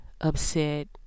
upset